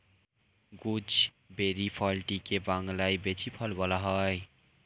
gooseberry ফলটিকে বাংলায় বৈঁচি ফল বলা হয়